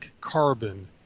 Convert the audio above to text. carbon